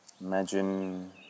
imagine